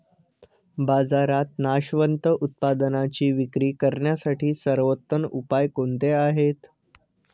बाजारात नाशवंत उत्पादनांची विक्री करण्यासाठी सर्वोत्तम उपाय कोणते आहेत?